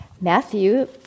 Matthew